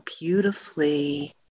beautifully